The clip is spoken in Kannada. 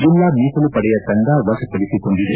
ಜಿಲ್ಲಾ ಮಿಸಲು ಪಡೆಯ ತಂಡ ವಶಪಡಿಸಿಕೊಂಡಿದೆ